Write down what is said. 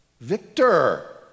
victor